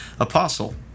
Apostle